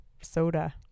soda